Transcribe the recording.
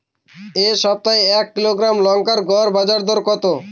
এই সপ্তাহে এক কিলোগ্রাম লঙ্কার গড় বাজার দর কত?